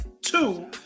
Two